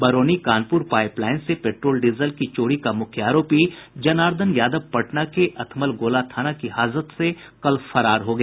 Barauni Kanpur pipe line से petrol diesel की चोरी का मुख्य आरोपी जनार्दन यादव पटना के अथमलगोला थाना की हाजत से कल फरार हो गया